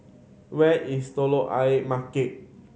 where is Telok Ayer Market